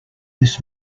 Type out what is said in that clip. this